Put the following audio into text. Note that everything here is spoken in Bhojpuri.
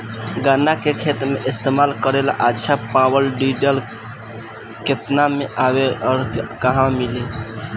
गन्ना के खेत में इस्तेमाल करेला अच्छा पावल वीडर केतना में आवेला अउर कहवा मिली?